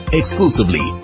exclusively